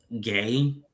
gay